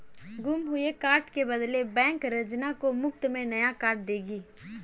गुम हुए कार्ड के बदले बैंक रंजना को मुफ्त में नया कार्ड देगी